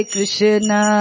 Krishna